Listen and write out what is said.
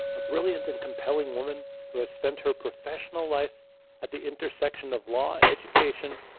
a brilliant and compelling woman who has spent her professional life at the intersection of law, education,